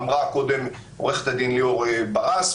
אמרה קודם עורכת הדין ליאור ברס,